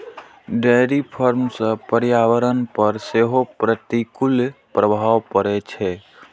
dairy farm सं पर्यावरण पर सेहो प्रतिकूल प्रभाव पड़ै छै